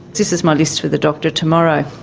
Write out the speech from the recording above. this is my list for the doctor tomorrow.